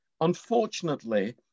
unfortunately